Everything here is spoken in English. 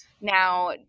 Now